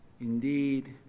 indeed